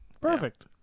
Perfect